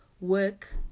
work